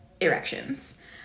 erections